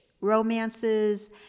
romances